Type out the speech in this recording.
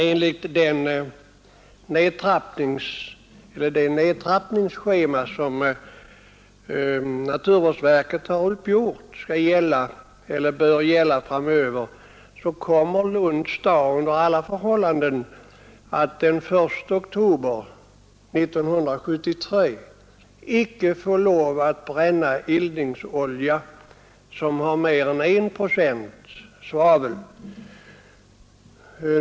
Enligt det nedtrappningsschema som naturvårdsverket har gjort upp och som bör gälla framöver kommer Lunds stad under alla förhållanden fr.o.m. den 1 oktober 1973 icke att få lov att bränna eldningsolja med mer än 1 procents svavelhalt.